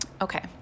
okay